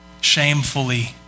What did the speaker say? shamefully